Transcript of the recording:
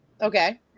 Okay